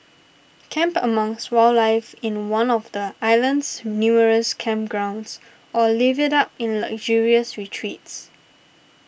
camp amongst wildlife in one of the island's numerous campgrounds or live it up in luxurious retreats